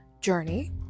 journey